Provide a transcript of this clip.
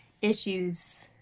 issues